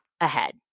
ahead